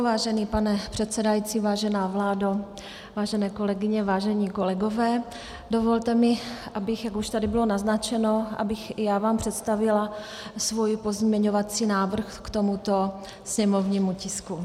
Vážený pane předsedající, vážená vládo, vážené kolegyně, vážení kolegové, dovolte mi, jak už tady bylo naznačeno, abych i já vám představila svůj pozměňovací návrh k tomuto sněmovnímu tisku.